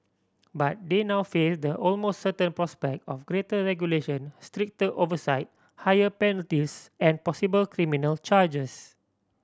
but they now face the almost certain prospect of greater regulation stricter oversight higher penalties and possible criminal charges